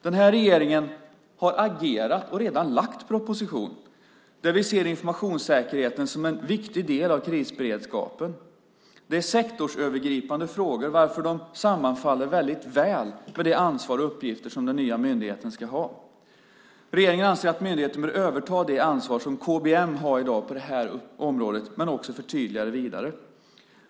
Den här regeringen har agerat och redan lagt fram en proposition där vi ser informationssäkerheten som en viktig del av krisberedskapen. Det är sektorsövergripande frågor, varför de sammanfaller väldigt väl med det ansvar och de uppgifter som den nya myndigheten ska ha. Regeringen anser att myndigheten bör överta det ansvar som KBM i dag har på det här området men också vidare förtydliga det.